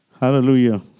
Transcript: Hallelujah